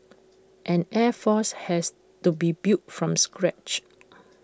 an air force has to be built from scratch